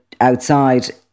outside